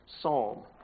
psalm